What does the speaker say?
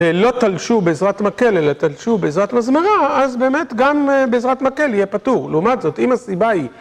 לא תלשו בעזרת מקל אלא תלשו בעזרת מזמרה, אז באמת גם בעזרת מקל יהיה פתור. לעומת זאת, אם הסיבה היא...